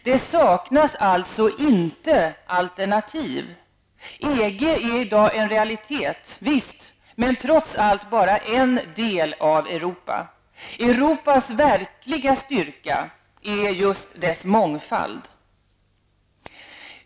Det saknas alltså inte alternativ. EG är i dag en realitet, men trots allt bara en del av Europa. Europas verkliga styrka är just dess mångfald.